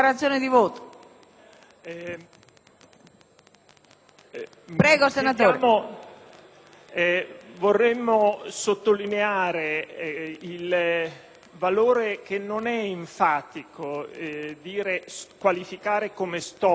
Presidente, vorremmo sottolineare il valore, che non è enfatico qualificare come storico, di questa norma che stiamo per approvare,